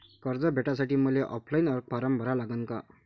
कर्ज भेटासाठी मले ऑफलाईन फारम भरा लागन का?